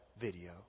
video